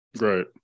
Right